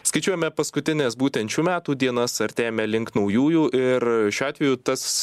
skaičiuojame paskutines būtent šių metų dienas artėjame link naujųjų ir šiuo atveju tas